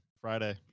Friday